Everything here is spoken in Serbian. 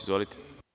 Izvolite.